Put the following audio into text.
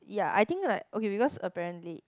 ya I think like okay because apparently